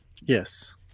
Yes